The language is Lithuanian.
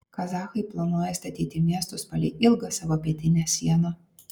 kazachai planuoja statyti miestus palei ilgą savo pietinę sieną